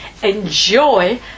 enjoy